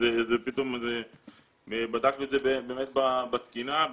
בדקנו את זה בתקינה,